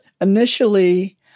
initially